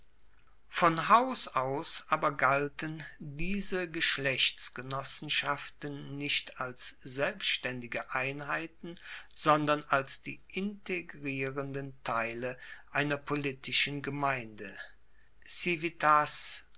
von haus aus aber galten diese geschlechtsgenossenschaften nicht als selbstaendige einheiten sondern als die integrierenden teile einer politischen gemeinde